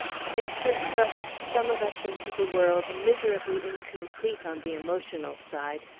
nature thrusts some of us into the world miserably incomplete on the emotional side,